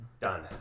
Done